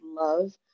love